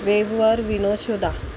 वेबवर विनोद शोधा